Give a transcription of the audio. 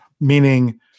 meaning